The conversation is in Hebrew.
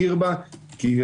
שלום רב, היום יום שני, א'